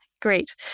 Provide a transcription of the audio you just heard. Great